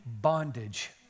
bondage